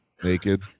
Naked